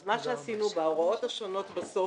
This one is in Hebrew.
אז מה שעשינו בהוראות השונות בסוף,